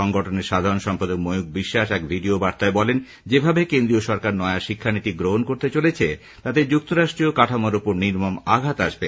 সংগঠনের সাধারণ সম্পাদক ময়খ বিশ্বাস আজ এক ভিডিও বার্তায় বলেন যেভাবে কেন্দ্রীয় সরকার নয়া শিক্ষা নীতি গ্রহণ করতে চলেছে তাতে যুক্তরাষ্ট্রীয় কাঠামোর ওপর নির্মম আঘাত আসবে